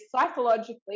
psychologically